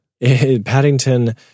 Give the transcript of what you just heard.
Paddington